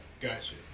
Gotcha